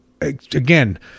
again